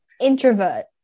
Introvert